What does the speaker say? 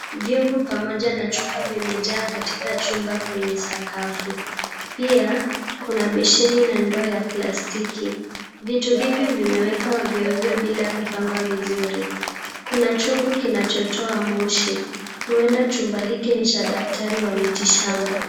Vyungu pamoja na chupa vimejaa katika chumba kwenye sakafu. Pia kuna besheni na ndoo ya plastiki. Vitu hivi vimewekwa ovyo ovyo bila kupangwa vizuri. Kuna chungu kinachotoa moshi. Huenda chumba hiki ni cha daktari wa mitishamba.